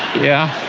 yeah.